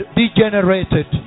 degenerated